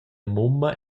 mumma